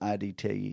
IDT